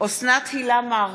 אוסנת הילה מארק,